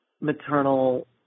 maternal